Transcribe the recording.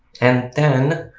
and then